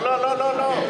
לא לא לא,